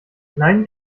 nein